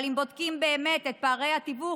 אבל אם בודקים באמת את פערי התיווך,